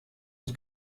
und